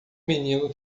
menino